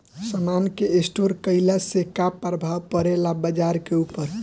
समान के स्टोर काइला से का प्रभाव परे ला बाजार के ऊपर?